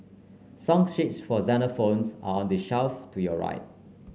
song sheets for xylophones are on the shelf to your right